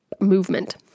movement